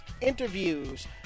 interviews